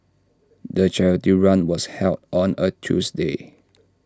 the charity run was held on A Tuesday